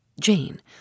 Jane